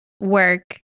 work